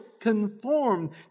conformed